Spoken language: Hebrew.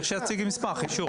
צריך שהוא יציג מסמך או אישור.